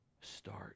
start